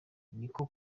niko